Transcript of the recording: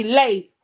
late